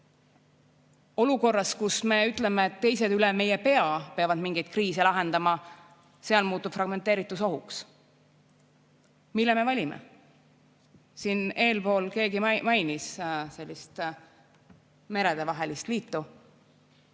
Olukorras, kus me ütleme, et teised peavad üle meie pea mingeid kriise lahendama, muutub fragmenteeritus ohuks. Mille me valime? Siin eespool keegi mainis sellist meredevahelist liitu.